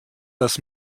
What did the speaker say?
das